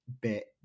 bit